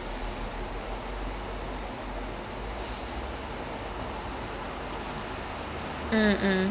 suriya நூறு பேர அடிக்கறது ஓங்கி அடுச்சா ஒன்ற:nooru pera adikarathu oongi aducha ondra tonne weight leh சொல்லுவாங்கள்ள:solluvaangalla like he's actually doing something like